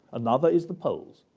another is the poles,